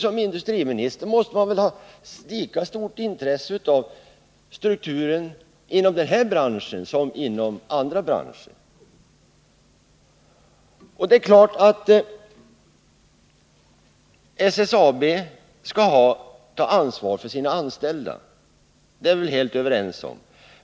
Som industriminister måste han väl ha ett lika stort intresse för strukturen inom denna bransch som inom andra branscher. SSAB skall naturligtvis ta ansvar för sina anställda — det är vi helt överens om.